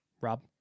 Rob